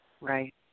Right